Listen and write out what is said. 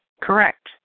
correct